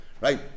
Right